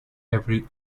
every